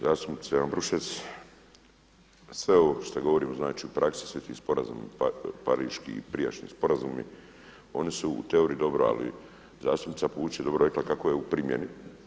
Zastupnice Ambrušec, sve ovo što govorim znači u praksi se ti sporazumi Pariški i prijašnji sporazumi, oni su u teoriji dobro, ali zastupnica Pusić je dobro rekla kako je u primjeni.